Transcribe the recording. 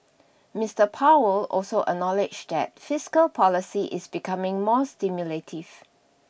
Mister Powell also acknowledged that fiscal policy is becoming more stimulative